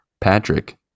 Patrick